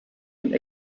and